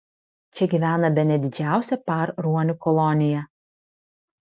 čia gyvena bene didžiausia par ruonių kolonija